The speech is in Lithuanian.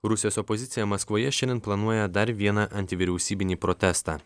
rusijos opozicija maskvoje šiandien planuoja dar vieną antivyriausybinį protestą